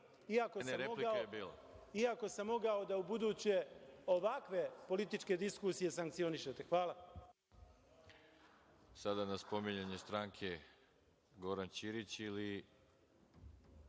iako sam mogao da ubuduće ovakve političke diskusije sankcionišete. Hvala.